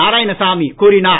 நாரயாணசாமி கூறினார்